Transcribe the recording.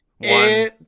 One